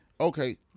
Okay